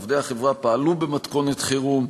עובדי החברה פעלו במתכונת חירום.